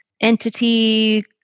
entity